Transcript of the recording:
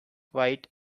white